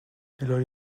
الهی